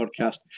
podcast